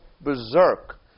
berserk